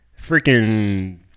Freaking